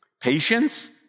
Patience